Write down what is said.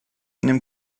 einem